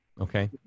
Okay